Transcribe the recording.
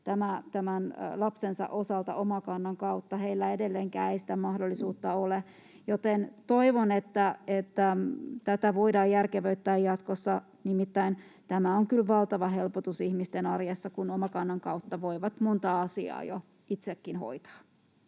lapsensa osalta Omakannan kautta. Heillä edelleenkään ei sitä mahdollisuutta ole. Joten toivon, että tätä voidaan järkevöittää jatkossa, nimittäin tämä on kyllä valtava helpotus ihmisten arjessa, kun Omakannan kautta voivat monta asiaa jo itsekin hoitaa.